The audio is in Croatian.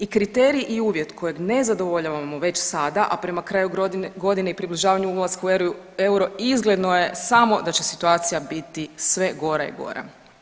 I kriterij i uvjet kojeg ne zadovoljavamo već sada, a prema kraju godine i približavanju ulaska u euro izgledno je samo da će situacija biti sve gora i gora.